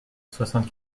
soixante